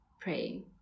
praying